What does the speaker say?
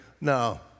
No